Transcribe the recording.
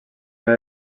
una